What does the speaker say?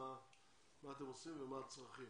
מה אתם עושים ומה הצרכים,